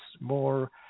more